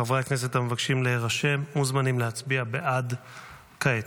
חברי הכנסת המבקשים להירשם מוזמנים להצביע בעד כעת.